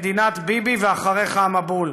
מדינת ביבי, ואחריך המבול.